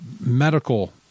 medical